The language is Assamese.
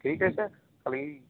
ঠিক আছে কালি